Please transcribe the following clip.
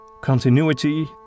Continuity